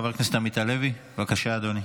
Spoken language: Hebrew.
חבר הכנסת עמית הלוי, בבקשה, אדוני.